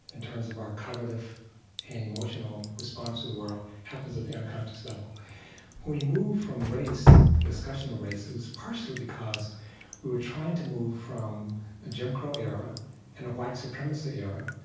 and terms of our cognitive and emotional response to the world, happens at the unconscious level. when we moved from race and the discussion of race, it was partially because we were trying to move from a jim crow era and a white supremacy era.